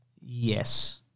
Yes